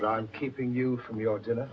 that i'm keeping you from your dinner